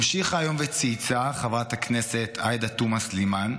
המשיכה היום וצייצה חברת הכנסת עאידה תומא סלימאן,